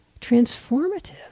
transformative